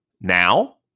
now